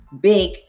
big